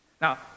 Now